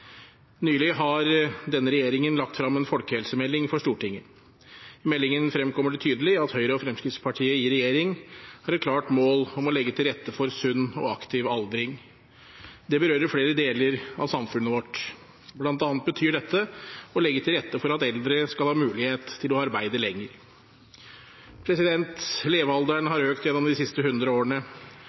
Nylig har denne regjeringen lagt frem en folkehelsemelding for Stortinget. I meldingen fremkommer det tydelig at Høyre og Fremskrittspartiet i regjering har et klart mål om å legge til rette for sunn og aktiv aldring. Det berører flere deler av samfunnet vårt. Blant annet betyr dette å legge til rette for at eldre skal ha mulighet til å arbeide lenger. Levealderen har økt gjennom de siste hundre årene,